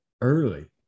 early